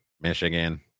michigan